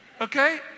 okay